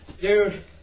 Dude